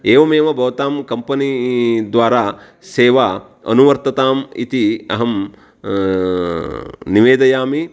एवमेव भवतां कम्पनी द्वारा सेवा अनुवर्तताम् इति अहं निवेदयामि